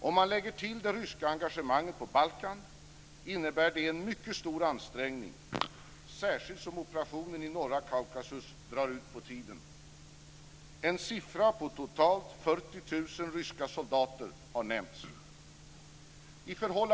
Om man lägger till det ryska engagemanget på Balkan innebär det en mycket stor ansträngning, särskilt som operationen i norra Kaukasus drar ut på tiden. En siffra på totalt 40 000 ryska soldater har nämnts.